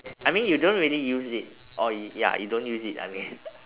I mean you don't really use it or y~ ya you don't use it I mean